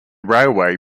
railway